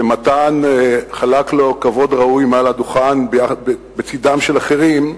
שמתן חלק לו כבוד ראוי מעל הדוכן, בצדם של אחרים,